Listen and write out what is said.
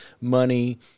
money